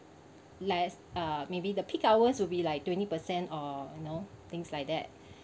likes uh maybe the peak hours will be like twenty percent or you know things like that